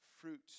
fruit